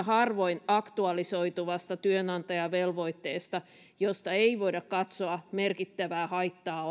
harvoin aktualisoituvasta työnantajavelvoitteesta josta ei voida katsoa olevan merkittävää haittaa